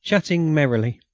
chatting merrily.